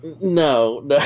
no